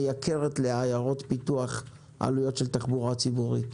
מייקרת לעיירות פיתוח עלויות של תחבורה ציבורית.